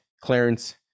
Clarence